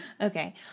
Okay